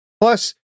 Plus